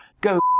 Go